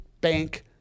Bank